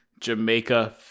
Jamaica